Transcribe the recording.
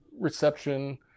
reception